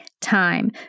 time